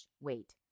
wait